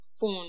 phone